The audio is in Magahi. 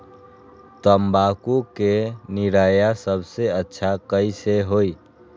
तम्बाकू के निरैया सबसे अच्छा कई से होई?